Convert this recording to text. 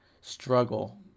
struggle